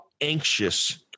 anxious